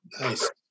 Nice